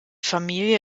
familie